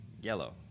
yellow